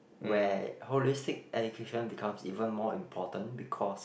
where holistic education becomes even more important because